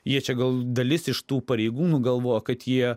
jie čia gal dalis iš tų pareigūnų galvoja kad jie